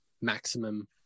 maximum